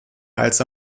als